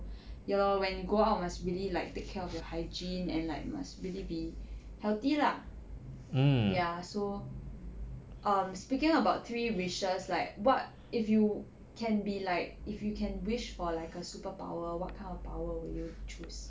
ya lor when you go out must really like take care of your hygiene and like you must really be healthy lah ya so um speaking about three wishes like what if you can be like if you can wish for like a superpower what kind of power would you choose